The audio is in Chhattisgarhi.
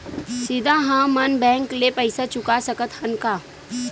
सीधा हम मन बैंक ले पईसा चुका सकत हन का?